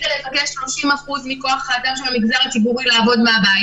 החליטה לבקש מ-30% מכוח האדם של המגזר הציבורי לעבוד מהבית